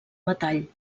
metall